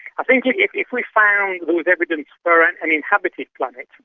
i think yeah if if we found there was evidence for an inhabited planet,